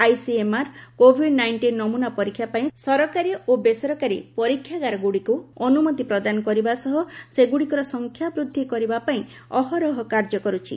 ICMR Covid nineteen ନମୁନା ପରୀକ୍ଷା ପାଇଁ ସରକାରୀ ଓ ବେସରକାରୀ ପରୀକ୍ଷାଗାରଗୁଡ଼ିକୁ ଅନୁମତି ପ୍ରଦାନ କରିବା ସହ ସେଗୁଡ଼ିକର ସଂଖ୍ୟା ବୃଦ୍ଧି କରିବା ପାଇଁ ଅହରହ କାର୍ଯ୍ୟ କରୁଛି